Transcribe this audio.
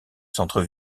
centre